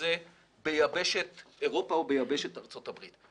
זה ביבשת אירופה או ביבשת ארצות הברית.